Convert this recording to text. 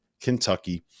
kentucky